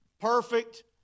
perfect